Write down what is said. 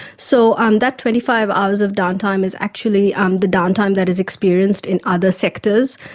so um that twenty five hours of downtime is actually um the downtime that is experienced in other sectors.